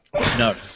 No